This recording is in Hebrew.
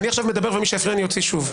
אני עכשיו מדבר, ומי שיפריע אני אוציא שוב.